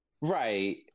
Right